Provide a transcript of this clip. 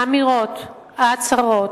האמירות, ההצהרות,